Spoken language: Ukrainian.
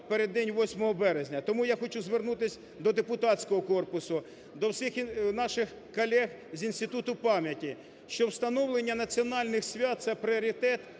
переддень 8 березня, тому я хочу звернутись до депутатського корпусу, до всіх наших колег з Інституту пам'яті, що встановлення національних свят – це пріоритет